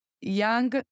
young